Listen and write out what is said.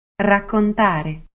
raccontare